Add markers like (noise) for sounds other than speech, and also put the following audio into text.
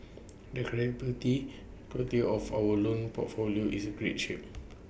the (unintelligible) quality of our loan portfolio is great shape